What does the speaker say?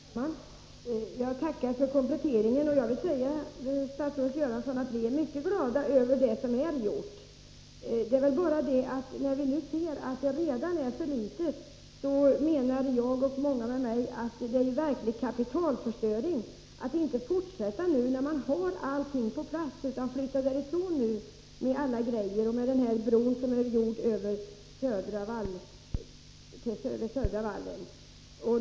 Herr talman! Jag tackar för denna komplettering. Jag vill försäkra statsrådet Göransson att vi är mycket glada över det som är gjort. Men när vi redan nu kan se att det är för litet, menar jag och många med mig att det blir en verklig kapitalförstöring om man inte fortsätter, när man har allting på plats och när man t.ex. har bron över södra vallgraven.